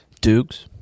Dukes